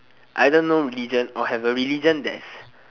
either no religion or have a religion that's